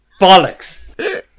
bollocks